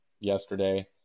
yesterday